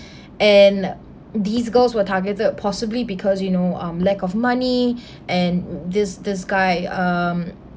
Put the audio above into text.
and these girls were targeted possibly because you know um lack of money and this this guy um